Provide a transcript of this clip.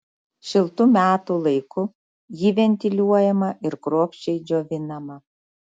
šiltu metų laiku ji ventiliuojama ir kruopščiai džiovinama